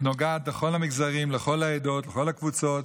נוגעת לכל המגזרים, לכל העדות וכל הקבוצות,